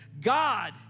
God